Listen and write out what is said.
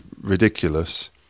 ridiculous